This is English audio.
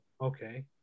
okay